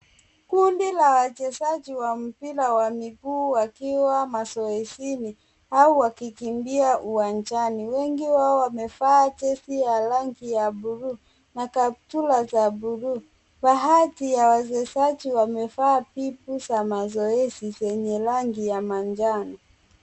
Kundi la wachezaji wa mpira wa miguu wakiwa mazoezini au wakikimbia uwanjani. Wengi wao wamevaa jezi ya rangi ya bluu na kaptura za bluu. Baadhi ya wachezaji wamevaa pipu za zoezi zenye rangi ya manjano.